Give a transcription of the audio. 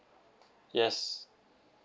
yes